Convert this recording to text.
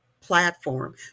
platform